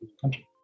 country